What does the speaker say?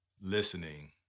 listening